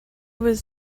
was